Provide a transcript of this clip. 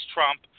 Trump